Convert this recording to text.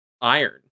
iron